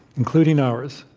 including ours,